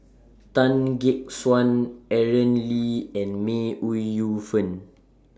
Tan Gek Suan Aaron Lee and May Ooi Yu Fen